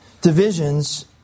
divisions